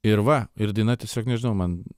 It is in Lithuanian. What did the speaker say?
ir va ir daina tiesiog nežinau man